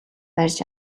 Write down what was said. барьж